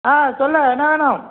ஆ சொல் என்ன வேணும்